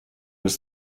was